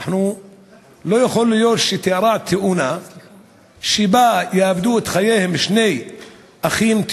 לא יכול להיות שתארע תאונה שבה יאבדו את חייהם שני אחים,